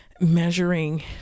measuring